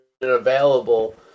available